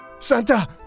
Santa